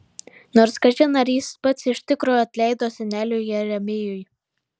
nors kažin ar jis pats iš tikro atleido seneliui jeremijui